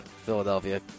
Philadelphia